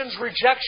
rejection